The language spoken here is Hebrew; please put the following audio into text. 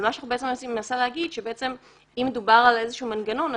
ומה שאני מנסה להגיד הוא שאם דובר על איזשהו מנגנון,